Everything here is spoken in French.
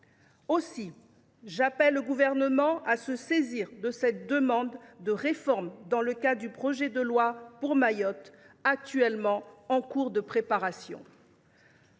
Aussi, j’appelle le Gouvernement à se saisir de cette demande de réforme dans le cadre du futur projet de loi pour Mayotte en cours de préparation.